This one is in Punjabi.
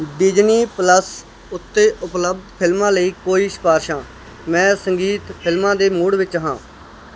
ਡਿਜ਼ਨੀ ਪਲੱਸ ਉੱਤੇ ਉਪਲਬਧ ਫਿਲਮਾਂ ਲਈ ਕੋਈ ਸਿਫਾਰਸ਼ਾਂ ਮੈਂ ਸੰਗੀਤ ਫਿਲਮਾਂ ਦੇ ਮੂਡ ਵਿੱਚ ਹਾਂ